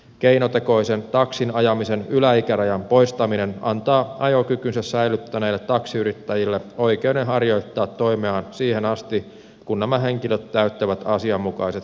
keinotekoisen taksin ajamisen yläikärajan poistaminen antaa ajokykynsä säilyttäneille taksiyrittäjille oikeuden harjoittaa toimeaan siihen asti kun nämä henkilöt täyttävät asianmukaiset terveydelliset vaatimukset